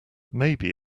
maybe